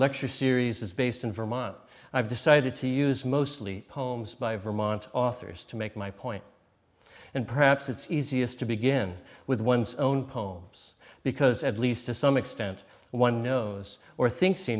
lecture series is based in vermont i've decided to use mostly poems by vermont authors to make my point and perhaps it's easiest to begin with one's own poems because at least to some extent one knows or thinks he